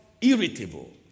irritable